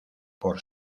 por